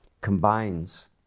combines